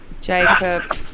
Jacob